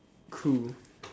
cool